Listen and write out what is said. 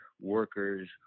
workers